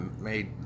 made